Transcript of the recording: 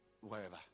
wherever